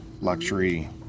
luxury